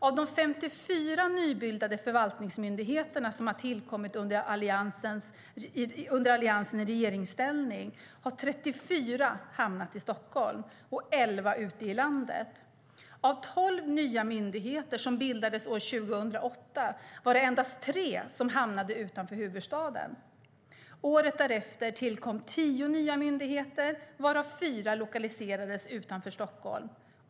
Av de 54 nybildade förvaltningsmyndigheterna som har tillkommit under Alliansen i regeringsställning har 34 hamnat i Stockholm och elva ute i landet. Av tolv nya myndigheter som bildades år 2008 var det endast tre som hamnade utanför huvudstaden. Året därefter tillkom tio nya myndigheter varav fyra lokaliserades utanför Stockholm.